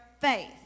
faith